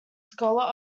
scholar